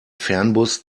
fernbus